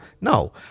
no